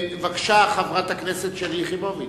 בבקשה, חברת הכנסת שלי יחימוביץ.